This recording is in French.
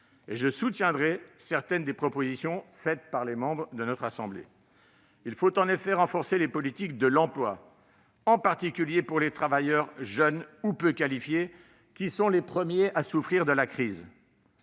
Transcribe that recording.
Je soutiendrai également certaines des propositions faites par les membres de notre assemblée. Il faut en effet renforcer les politiques de l'emploi, en particulier pour les travailleurs jeunes ou peu qualifiés, qui sont les premiers à souffrir de la crise.